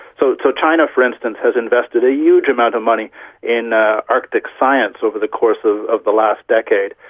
so so china for instance has invested a huge amount of money in ah arctic science over the course of of the last decade.